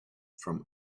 from